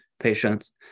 patients